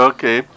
Okay